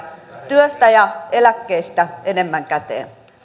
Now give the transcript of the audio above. työstä ja eläkkeestä enemmän käteen